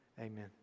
amen